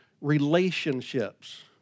relationships